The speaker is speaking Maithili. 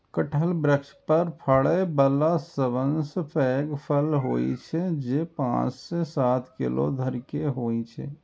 कटहल वृक्ष पर फड़ै बला सबसं पैघ फल होइ छै, जे पांच सं सात किलो धरि के होइ छै